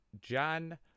Jan